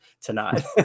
tonight